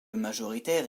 majoritaire